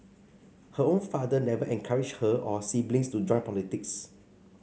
her own father never encouraged her or siblings to join politics